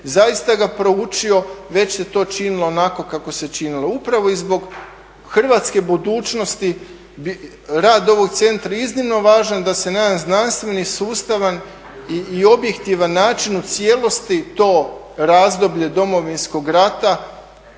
zaista ga proučio, već se to činilo onako kako se činilo. Upravo i zbog hrvatske budućnosti rad ovog centra je iznimno važan da se … znanstveni, sustavan i objektivan način u cijelosti to razdoblje Domovinskog rata